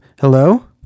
Hello